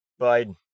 Biden